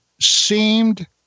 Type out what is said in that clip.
seemed